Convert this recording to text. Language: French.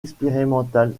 expérimentale